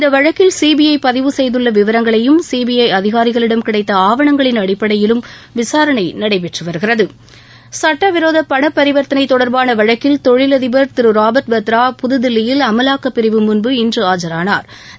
இந்த வழக்கில் சிபிற பதிவு செய்துள்ள விவரங்களையும் சிபிற அதிகாரிகளிடம் கிடைத்த ஆவணங்களின் அடிப்படையிலும் விசாரணை நடைபெற்று வருகிறது சுட்டவிரோத பண பரிவர்த்தனை தொடர்பான வழக்கில் தொழிலதிபர் திரு ராபர்ட் வத்ரா இன்று புதுதில்லியில் அமலாக்கப் பிரிவு முன் இன்று ஆஜரானாா்